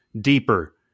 deeper